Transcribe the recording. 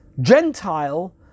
Gentile